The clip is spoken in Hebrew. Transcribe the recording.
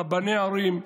רבני ערים,